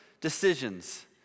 decisions